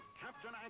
Captain